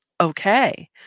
okay